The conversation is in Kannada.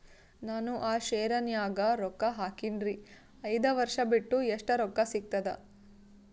ನಾನು ಆ ಶೇರ ನ್ಯಾಗ ರೊಕ್ಕ ಹಾಕಿನ್ರಿ, ಐದ ವರ್ಷ ಬಿಟ್ಟು ಎಷ್ಟ ರೊಕ್ಕ ಸಿಗ್ತದ?